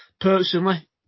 Personally